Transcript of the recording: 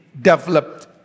developed